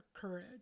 courage